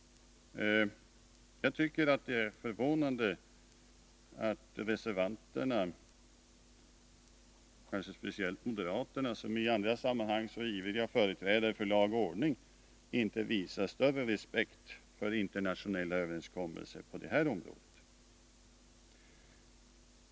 Jag tycker att det är förvånande att reservanterna — kanske speciellt moderaterna, som i andra sammanhang är så ivriga företrädare för lag och ordning — inte visar större respekt för internationella överenskommelser på det här området.